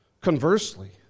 Conversely